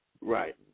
Right